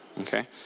okay